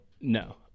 No